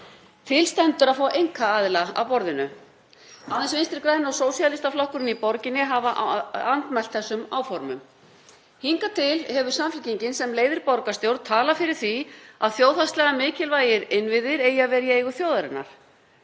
Til stendur að fá einkaaðila að borðinu. Aðeins Vinstri græn og Sósíalistaflokkurinn í borginni hafa andmælt þessum áformum. Hingað til hefur Samfylkingin, sem leiðir borgarstjórn, talað fyrir því að þjóðhagslega mikilvægir innviðir eigi að vera í eigu þjóðarinnar.